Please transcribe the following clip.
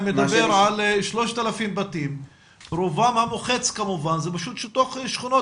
מדבר על 3,000 רובם המוחץ זה בתוך שכונות,